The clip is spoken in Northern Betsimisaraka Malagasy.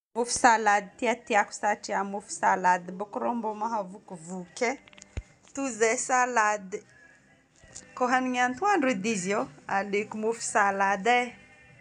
Mofo salady ty tiako satria mofo salady boko rô mba mahavokivoky e, toy izay salady. Koa hanigny atoandro edy iziô, aleoko mofo salady e.